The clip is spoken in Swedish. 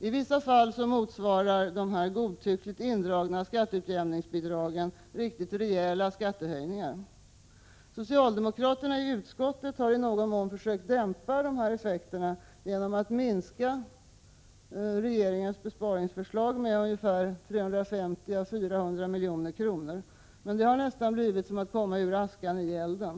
I vissa fall motsvarar de godtyckligt indragna skatteutjämningsbidragen riktigt rejäla skattehöjningar. Socialdemokraterna i utskottet har i någon mån försökt dämpa dessa effekter genom att minska regeringens besparingsförslag med 350-400 milj.kr., men det har nästan blivit som att komma ur askan i elden.